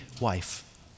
wife